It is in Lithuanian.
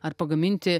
ar pagaminti